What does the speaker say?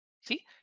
see